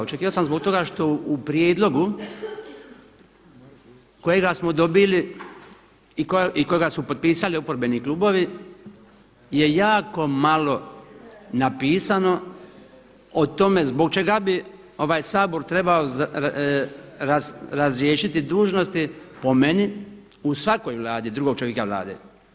Očekivao sam zbog toga što u prijedlogu kojega smo dobili i koga su potpisali oporbeni klubovi je jako malo napisano o tome zbog čega bi ovaj Sabor trebao razriješiti dužnosti, po meni, u svakoj vladi, drugog čovjeka Vlade.